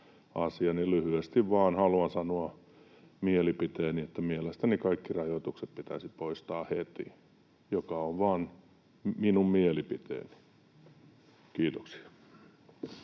lyhyesti vain haluan sanoa mielipiteeni, että mielestäni kaikki rajoitukset pitäisi poistaa heti, joka on vain minun mielipiteeni. — Kiitoksia.